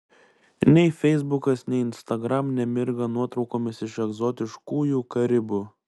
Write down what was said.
nei feisbukas nei instagram nemirga nuotraukomis iš egzotiškųjų karibų